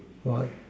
why